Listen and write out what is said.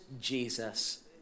Jesus